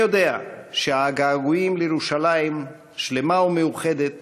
אני יודע שהגעגועים לירושלים שלמה ומאוחדת